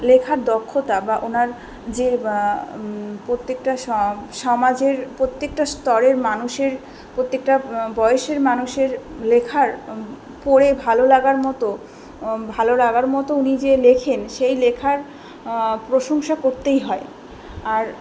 লেখার দক্ষতা বা ওনার যে বা প্রত্যেকটা সমাজের প্রত্যেকটা স্তরের মানুষের প্রত্যেকটা বয়সের মানুষের লেখার পড়ে ভালো লাগার মতো ভালো লাগার মতো উনি যে লেখেন সেই লেখার প্রশংসা করতেই হয় আর